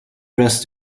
dressed